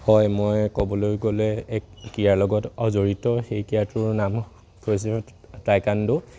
হয় মই ক'বলৈ গ'লে এক ক্ৰীড়াৰ লগত অ' জড়িত সেই ক্ৰীড়াটোৰ নাম হৈছে টাইকোৱনড'